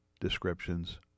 descriptions